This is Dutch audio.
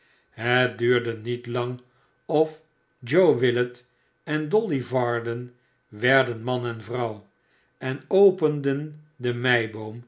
het duurde niet lang of joe willet en dolly varden werden man en vrouw en openden de